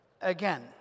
Again